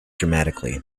dramatically